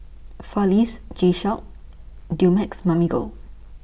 four Leaves G Shock Dumex Mamil Gold